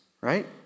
right